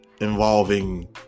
involving